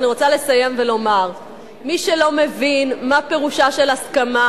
אני רוצה לסיים ולומר מי שלא מבין מה פירושה של הסכמה,